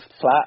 flat